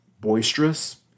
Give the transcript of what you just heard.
boisterous